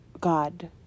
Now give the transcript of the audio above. god